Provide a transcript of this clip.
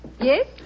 Yes